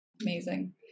Amazing